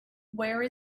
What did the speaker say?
where